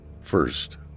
First